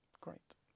Great